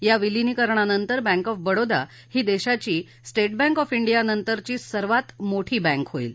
या विलीनीकरणानंतर bank of Baroda ही देशाची स्था बैंक ऑफ डियानंतरची सर्वात मोठी बँक होईल